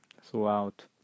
throughout